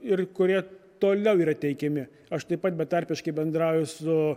ir kurie toliau yra teikiami aš taip pat betarpiškai bendrauju su